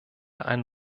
ein